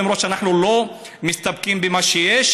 למרות שאנחנו לא מסתפקים במה שיש,